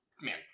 man